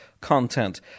content